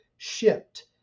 Shipped